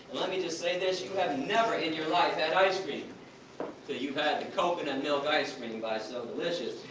let me just say this, you have never in your life had ice cream till you had the coconut milk ice cream by so delicious.